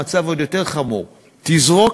המצב עוד יותר חמור: תזרוק,